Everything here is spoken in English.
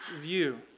view